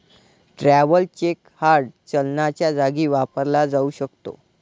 travellers cheque hard चलनाच्या जागी वापरला जाऊ शकतो